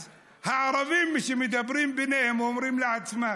אז הערבים שמדברים ביניהם אומרים לעצמם: